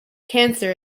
cancer